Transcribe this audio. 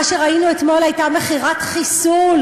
מה שראינו אתמול היה מכירת חיסול.